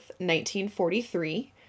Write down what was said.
1943